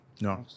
No